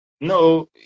no